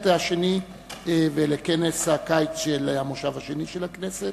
השני ולכנס הקיץ של המושב השני של הכנסת,